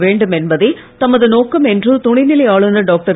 வேண்டும் என்பதே தமது நோக்கம் என்று துணைநிலை ஆளுனர் டாக்டர்